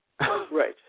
Right